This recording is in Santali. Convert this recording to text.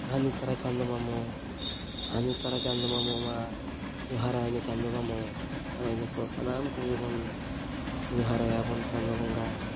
ᱦᱟᱹᱱᱤ ᱛᱚᱨᱟ ᱪᱟᱸᱫᱚ ᱢᱟᱢᱚ ᱦᱟᱹᱱᱤ ᱛᱚᱨᱟ ᱪᱟᱸᱫᱚ ᱢᱟᱢᱚ ᱢᱟ ᱡᱚᱦᱟᱨᱟᱭ ᱢᱮ ᱪᱟᱸᱫᱚ ᱢᱟᱢᱚ ᱟᱫᱚ ᱡᱚᱛᱚ ᱥᱟᱱᱟᱢ ᱠᱚᱜᱮ ᱵᱚᱱ ᱡᱚᱦᱟᱨ ᱟᱭᱟ ᱵᱚᱱ ᱪᱟᱸᱫᱚ ᱵᱚᱸᱜᱟ